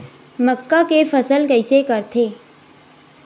मक्का के फसल कइसे करथे?